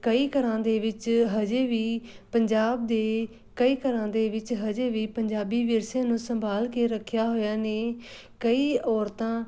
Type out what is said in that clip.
ਕਈ ਘਰਾਂ ਦੇ ਵਿੱਚ ਹਜੇ ਵੀ ਪੰਜਾਬ ਦੇ ਕਈ ਘਰਾਂ ਦੇ ਵਿੱਚ ਹਜੇ ਵੀ ਪੰਜਾਬੀ ਵਿਰਸੇ ਨੂੰ ਸੰਭਾਲ ਕੇ ਰੱਖਿਆ ਹੋਇਆ ਨੇ ਕਈ ਔਰਤਾਂ